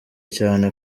cyane